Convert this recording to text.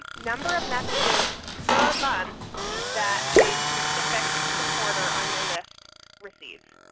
number of messages per month that a specific supporter on your list receives.